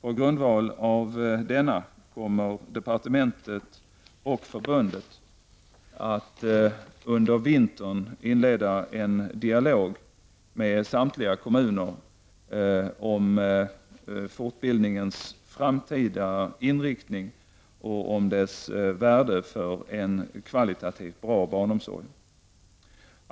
På grundval av denna kommer departementetet och förbundet att under vintern inleda en dialog med samtliga kommuner om fortbildningens framtida inriktning och om dess värde för en kvalitativt bra barnomsorg.